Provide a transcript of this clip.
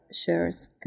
shares